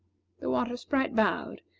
the water sprite bowed,